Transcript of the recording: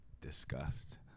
disgust